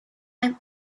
i’ve